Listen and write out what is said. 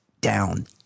down